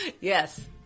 Yes